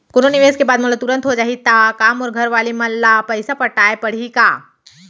कोनो निवेश के बाद मोला तुरंत हो जाही ता का मोर घरवाले मन ला पइसा पटाय पड़ही का?